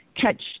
Catch